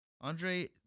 Andre